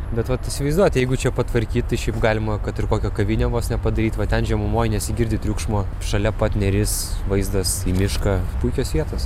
bet vat įsivaizduojat jeigu čia patvarkyt tai šiaip galima kad ir kokią kavinę vos nepadaryt va ten žemumoj nesigirdi triukšmo šalia pat neris vaizdas į mišką puikios vietos